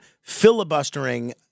filibustering